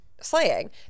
slaying